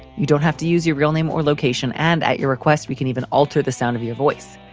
you don't have to use your real name or location. and at your request, we can even alter the sound of your voice.